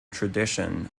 tradition